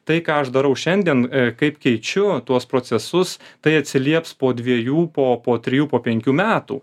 tai ką aš darau šiandien kaip keičiu tuos procesus tai atsilieps po dviejų po po trijų po penkių metų